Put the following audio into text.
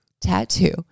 tattoo